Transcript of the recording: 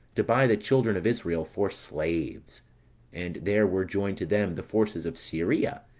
to buy the children of israel for slaves and there were joined to them the forces of syria,